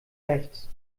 rechts